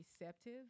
receptive